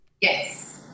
Yes